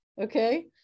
Okay